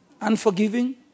unforgiving